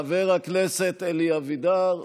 חבר הכנסת אלי אבידר.